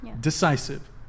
Decisive